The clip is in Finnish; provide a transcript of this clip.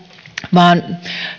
vaan